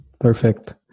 perfect